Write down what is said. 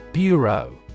Bureau